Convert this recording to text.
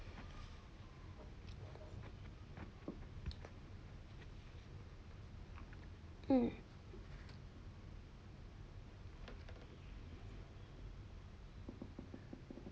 mm